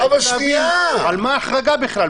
אני רוצה להבין על מה ההחרגה בכלל.